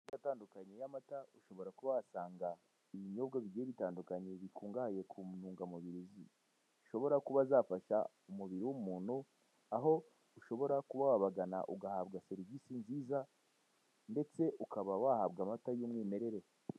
Mu maduka atandukanye y'amata ushobora kuba wahasanga ibinyobwa bigiye bitandukanye bikungahaye ku ntungamubiri zishobora kuba zafasha umubiri w'umuntu aho ushobora kuba wabagana ugahabwa serivise nziza ndetse ukaba wahabwa amata y'umwimerere.